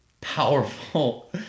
powerful